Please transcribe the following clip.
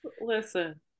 listen